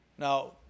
Now